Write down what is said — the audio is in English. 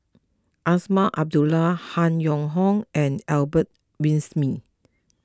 Azman Abdullah Han Yong Hong and Albert Winsemius